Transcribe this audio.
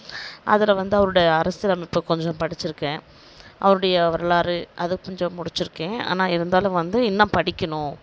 அதில் வந்து அவரோடய அரசியலமைப்பு கொஞ்சம் படிச்சுருக்கேன் அவருடைய வரலாறு அது கொஞ்சம் முடிச்சுருக்கேன் ஆனால் இருந்தாலும் வந்து இன்னும் படிக்கணும்